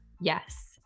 Yes